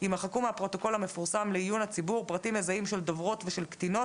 יימחקו מהפרוטוקול המפורסם לעיון הציבור פרטים מזהים של דוברות וקטינות,